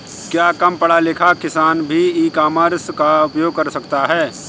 क्या कम पढ़ा लिखा किसान भी ई कॉमर्स का उपयोग कर सकता है?